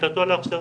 לקליטתו להכשרה.